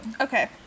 Okay